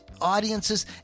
Audiences